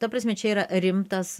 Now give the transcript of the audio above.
ta prasme čia yra rimtas